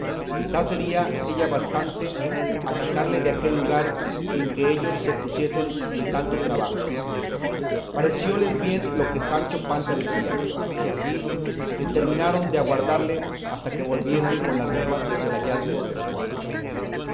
ya sería ella bastante a sacarle de aquel lugar sin que ellos se pusiesen en tanto trabajo parecióles bien lo que sancho panza decía y así determinaron de aguardarle hasta que volviese con las nuevas del hallazgo de su amo